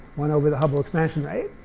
one over the hubble expansion rate.